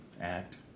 Act